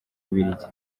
bubiligi